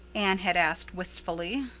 anne had asked wistfully.